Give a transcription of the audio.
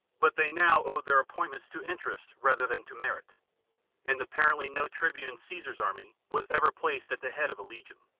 but they now owed their appointments to interest rather than to merit and apparently no tribune in caesar's army was ever placed at the head of a legion.